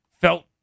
felt